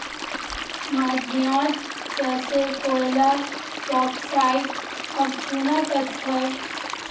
معدنیات جیسے کوئلہ باکسائٹ اور چونا پتھر